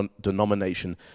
denomination